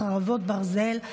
חרבות ברזל),